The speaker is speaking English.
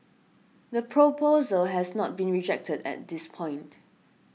the proposal has not been rejected at this point